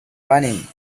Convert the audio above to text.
running